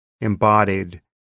embodied